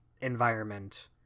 environment